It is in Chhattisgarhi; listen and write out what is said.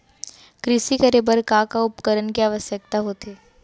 कृषि करे बर का का उपकरण के आवश्यकता होथे?